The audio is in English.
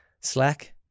Slack